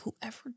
Whoever